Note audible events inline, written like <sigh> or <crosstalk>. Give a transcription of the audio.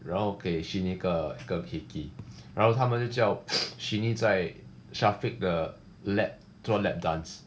然后给 sheeny 一个一个 hickey 然后他们叫 <breath> sheeny 在 syafiq 的 lap 做 lap dance